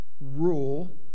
rule